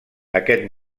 aquest